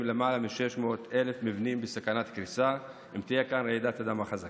למעלה מ-600,000 מבנים בסכנת קריסה אם תהיה כאן רעידת אדמה חזקה.